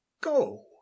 go